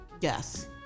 Yes